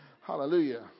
Hallelujah